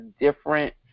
different